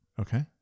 Okay